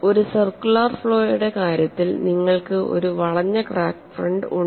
ഒരു സർക്കുലർ ഫ്ലോയുടെ കാര്യത്തിൽ നിങ്ങൾക്ക് ഒരു വളഞ്ഞ ക്രാക്ക് ഫ്രണ്ട് ഉണ്ട്